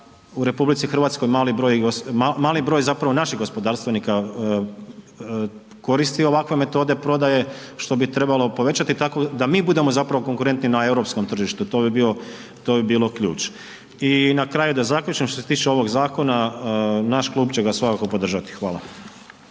u RH mali broj, mali broj zapravo naših gospodarstvenika koristi ovakve metode prodaje, što bi trebalo povećati tako da mi budemo zapravo konkurentni na europskom tržištu, to bi bio, to bi bilo ključ. I na kraju da zaključim, što se tiče ovog zakona, naš klub će ga svakako podržati. Hvala.